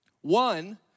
One